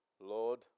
Lord